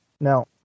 now